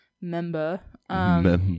member